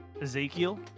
Ezekiel